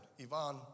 Ivan